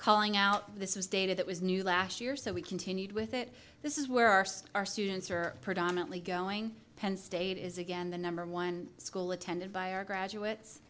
calling out this is data that was new last year so we continued with it this is where our star students are predominantly going penn state is again the number one school attended by our graduates